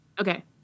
Okay